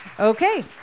Okay